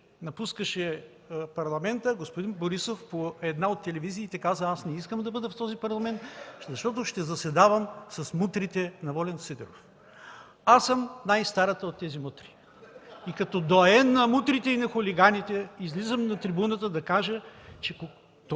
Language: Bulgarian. напускаше Парламента, господин Борисов по една от телевизиите каза: „Аз не искам да бъда в този Парламент, защото ще заседавам с мутрите на Волен Сидеров.” Аз съм най-старата от тези мутри. И като доайен на мутрите и на хулиганите излизам на трибуната да кажа, че подобно